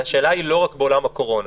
והשאלה היא לא רק בעולם הקורונה,